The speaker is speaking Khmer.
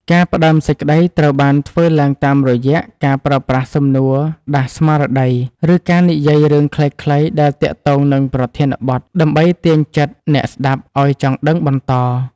ការផ្ដើមសេចក្ដីត្រូវបានធ្វើឡើងតាមរយៈការប្រើប្រាស់សំនួរដាស់ស្មារតី ឬការនិយាយរឿងខ្លីៗដែលទាក់ទងនឹងប្រធានបទ ដើម្បីទាញចិត្តអ្នកស្ដាប់ឱ្យចង់ដឹងបន្ត។